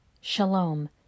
shalom